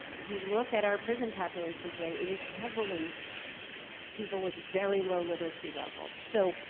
if you look at our present population today, it is heavily people with very low literacy levels. so,